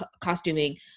costuming